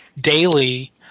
daily